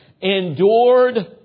endured